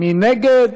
מי נגד?